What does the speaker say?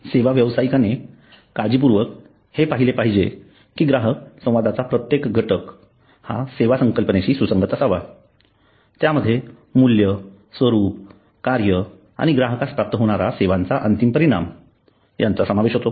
सेवा व्यावसायिकाने काळजीपूर्वक हे पहिले पाहिजे कि ग्राहक संवादाचा प्रत्येक घटक हा सेवा संकल्पनेशी सुसंगत असावा त्यामध्ये मूल्य स्वरूप कार्य आणि ग्राहकास प्राप्त होणारा सेवांचा अंतिम परिणाम यांचा समावेश होतो